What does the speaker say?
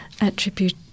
attribute